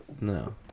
no